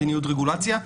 מדיניות רגולציה.